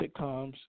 sitcoms